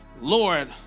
Lord